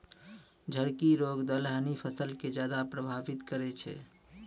झड़की रोग दलहनी फसल के ज्यादा प्रभावित करै छै